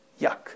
Yuck